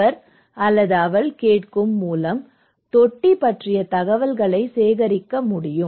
அவர் அல்லது அவள் கேட்கும் மூலம் தொட்டி பற்றிய தகவல்களை சேகரிக்க முடியும்